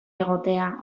egotea